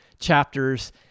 chapters